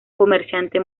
comerciante